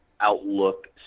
outlook